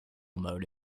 mode